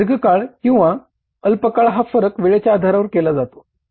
दीर्घकाळ किंवा अल्पकाळ हा फरक वेळेच्या आधारावर केला जातो